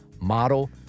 model